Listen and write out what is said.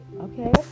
okay